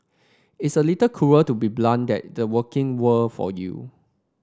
it's a little cruel to be blunt that the working world for you